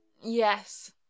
Yes